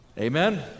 amen